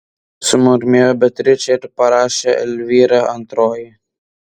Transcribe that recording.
sumurmėjo beatričė ir parašė elvyra antroji